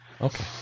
Okay